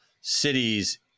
cities